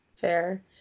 fair